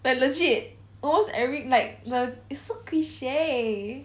like legit almost every like the it's so cliche